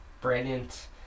brilliant